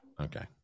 Okay